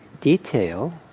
detail